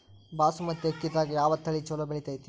ಬಾಸುಮತಿ ಅಕ್ಕಿದಾಗ ಯಾವ ತಳಿ ಛಲೋ ಬೆಳಿತೈತಿ?